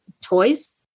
toys